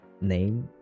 name